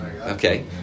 Okay